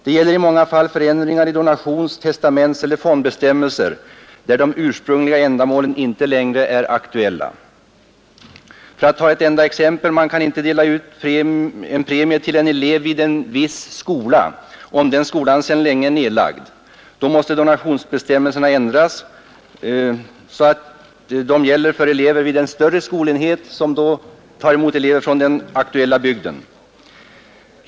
Det gäller i många fall förändringar i donations-, testamentseller fondbestämmelser, där de ursprungliga ändamålen inte längre är aktuella. För att ta ett enda exempel: Man kan inte dela ut en premie till en elev vid en viss skola, om skolan för länge sedan är nedlagd. Då måste donationsbestämmelsen ändras till att gälla elever vid en större skolenhet som tar emot elever från den aktuella bygden.